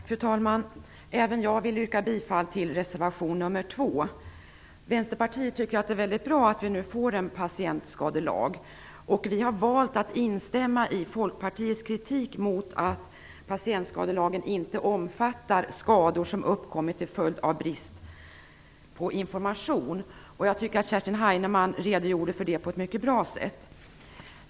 Fru talman! Även jag vill yrka bifall till reservation nr 2. Vi i Vänsterpartiet tycker att det är väldigt bra att det nu införs en patientskadelag. Vi har valt att instämma i Folkpartiets kritik mot att patientskadelagen inte skall omfatta skador som uppkommit till följd av brist på information. Kerstin Heinemann redogjorde för detta på ett mycket bra sätt.